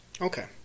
okay